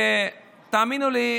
ותאמינו לי,